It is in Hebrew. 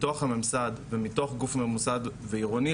מתוך הממסד ומתוך גוף ממוסד ועירוני,